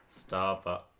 Starbucks